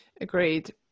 Agreed